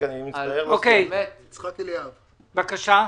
ומתן- -- בבקשה.